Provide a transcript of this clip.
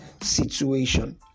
situation